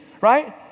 right